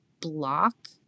block